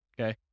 Okay